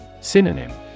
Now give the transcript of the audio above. Synonym